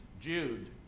Jude